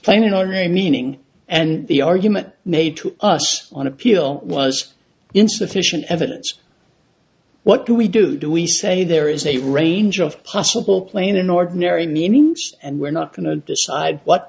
explaining ordinary meaning and the argument made to us on appeal was insufficient evidence what do we do do we say there is a range of possible plane unordinary meanings and we're not going to decide what